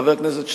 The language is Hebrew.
חבר הכנסת שנלר,